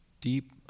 deep